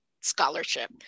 scholarship